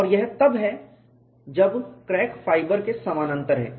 और यह तब है जब क्रैक फाइबर के समानांतर है